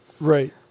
Right